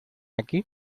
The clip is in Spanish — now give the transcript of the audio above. aquí